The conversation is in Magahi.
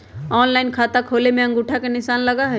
ऑनलाइन खाता खोले में अंगूठा के निशान लगहई?